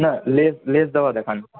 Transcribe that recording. না লেশ লেশ দেওয়া দেখান